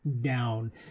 down